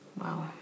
Wow